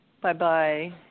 Bye-bye